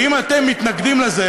ואם אתם מתנגדים לזה,